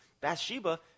Bathsheba